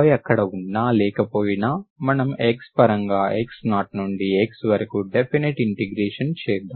y అక్కడ ఉన్నా లేకపోయినా మనం x పరంగా x0 నుండి x వరకు డెఫినిట్ ఇంటిగ్రేషన్ చేద్దాము